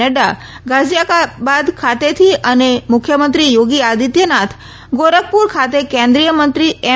નડૃા ગાઝીયાબાદ ખાતેથી અને મુખ્યમંત્રી યોગી આદિત્યનાથ ગોરખપુર ખાતે કેન્દ્રીય મંત્રી એમ